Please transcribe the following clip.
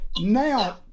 Now